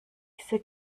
diese